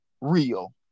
real